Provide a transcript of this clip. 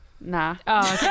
Nah